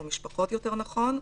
או משפחות יותר נכון.